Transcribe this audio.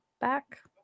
back